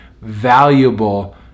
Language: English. valuable